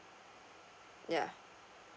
ya